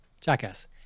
jackass